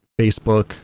Facebook